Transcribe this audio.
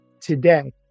today